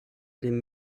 den